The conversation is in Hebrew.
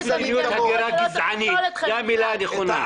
מדיניות הגירה גזענית, זו המילה הנכונה.